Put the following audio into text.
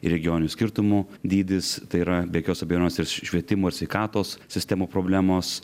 ir regioninių skirtumų dydis tai yra be jokios abejonės ir švietimo ir sveikatos sistemų problemos